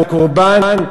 הקורבן,